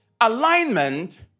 Alignment